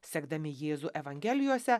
sekdami jėzų evangelijose